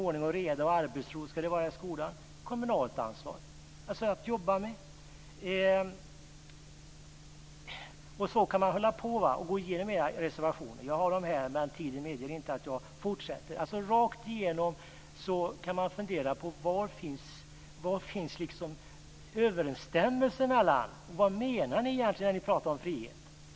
Ordning, reda och arbetsro ska det vara i en skola. Det är ett ansvar för kommunerna att jobba med. Så kan man hålla på och gå igenom era reservationer. Jag har dem här, men tiden medger inte att jag fortsätter. Rakt igenom kan man fundera på var överensstämmelsen finns och på vad ni egentligen menar när ni pratar om frihet.